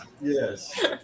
Yes